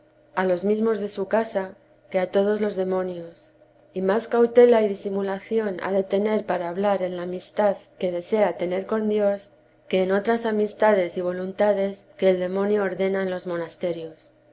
a los mesmos de su casa que a todos los demonios y más cautela y disimulación ha de tener para hablar en la amistad que desea tener con dios que en otras amistades y voluntades que el demonio ordena en los monasterios